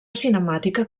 cinemàtica